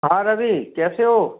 हाँ रवि कैसे हो